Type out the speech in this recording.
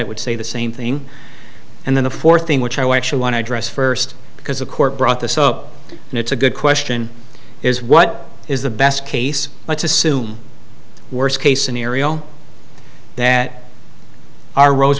it would say the same thing and then the fourth thing which i want to address first because the court brought this up and it's a good question is what is the best case let's assume worst case scenario that our ro